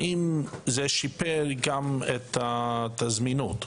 האם זה שיפר גם את הזמינות?